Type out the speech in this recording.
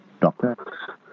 doctor